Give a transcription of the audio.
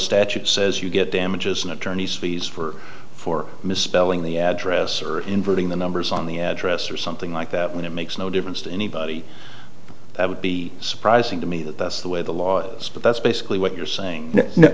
statute says you get damages and attorneys fees for four misspelling the address or inverting the numbers on the address or something like that when it makes no difference to anybody that would be surprising to me that that's the way the law is but that's basically what you're saying no no